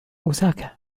أوساكا